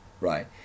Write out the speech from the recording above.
right